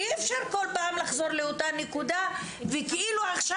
אי-אפשר כל פעם לחזור לאותה נקודה וכאילו עכשיו